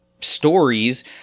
stories